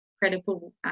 credible